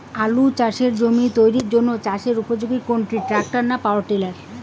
আলু চাষের জমি তৈরির জন্য চাষের উপযোগী কোনটি ট্রাক্টর না পাওয়ার টিলার?